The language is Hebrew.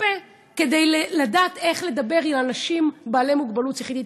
הפה כדי לדעת איך לדבר עם אנשים בעלי מוגבלות שכלית התפתחותית.